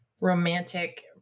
romantic